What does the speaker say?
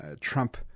Trump